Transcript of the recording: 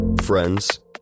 friends